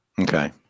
Okay